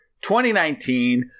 2019